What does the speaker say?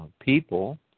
people